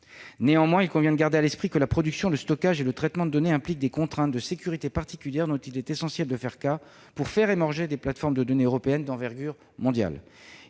Néanmoins, il convient de garder à l'esprit que la production, le stockage et le traitement de données impliquent des contraintes de sécurité particulières, dont il est essentiel de faire cas pour faire émerger des plateformes de données européennes d'envergure mondiale.